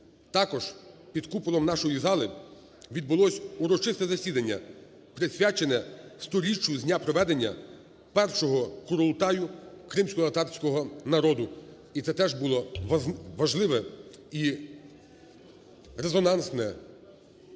Також під куполом нашої зали відбулося урочисте засідання присвячене 100-річчю з дня проведення першого курултаю кримськотатарського народу і це теж був важливий і резонансний